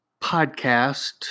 podcast